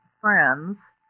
friends